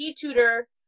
tutor